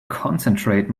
concentrate